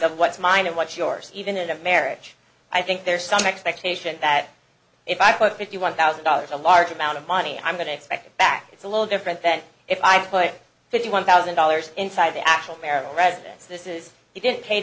of what's mine and what's yours even in a marriage i think there's some expectation that if i put fifty one thousand dollars a large amount of money i'm going to expect back it's a little different than if i put fifty one thousand dollars inside the actual marital residence this is he didn't pay